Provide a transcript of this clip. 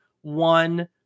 one